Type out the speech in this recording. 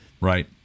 Right